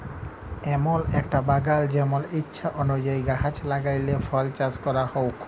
এমল একটা বাগাল জেমল ইছা অলুযায়ী গাহাচ লাগাই ফল চাস ক্যরা হউক